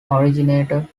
originated